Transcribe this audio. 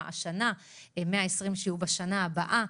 השנה ויהיו עוד 120 תקנים בשנה הבאה.